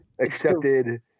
accepted